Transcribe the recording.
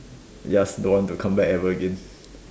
just don't want to come back ever again